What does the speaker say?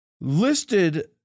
listed